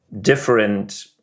different